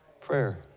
prayer